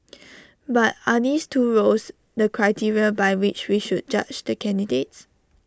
but are these two roles the criteria by which we should judge the candidates